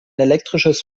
elektrisches